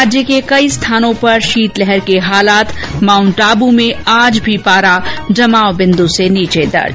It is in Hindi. राज्य के कई स्थानों पर शीतलहर के हालात माउंटआबू में आज भी पारा जमावबिन्दु से नीचे दर्ज